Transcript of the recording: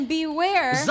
beware